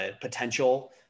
potential